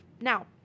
Now